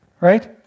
right